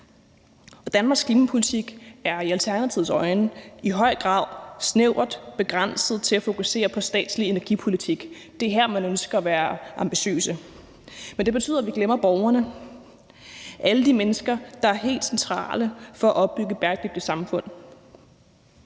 Danmarks klimapolitik er i Alternativets øjne i høj grad snævert begrænset til at fokusere på statslig energipolitik. Det er her, man ønsker at være ambitiøse. Men det betyder, at vi glemmer borgerne – alle de mennesker, der er helt centrale for at opbygge et bæredygtigt samfund.